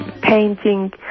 painting